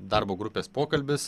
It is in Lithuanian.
darbo grupės pokalbis